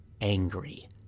angry